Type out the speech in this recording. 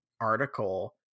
article